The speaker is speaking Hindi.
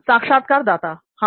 साक्षात्कारदाता हां